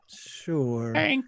Sure